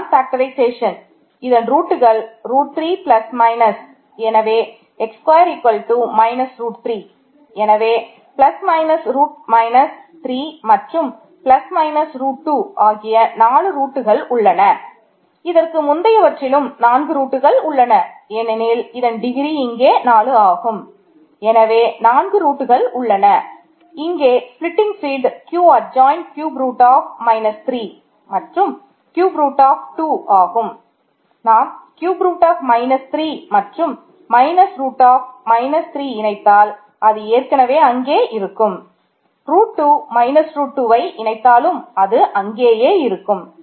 இதுதான் ஃபேக்டரைஸ்சேஷன் 2வைஇணைத்தாலும் அது அங்கேயே இருக்கும்